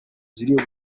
ziri